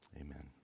Amen